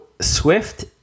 Swift